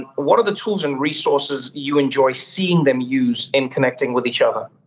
but what are the tools and resources you enjoy seeing them use in connecting with each other?